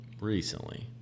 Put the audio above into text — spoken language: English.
Recently